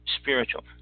Spiritual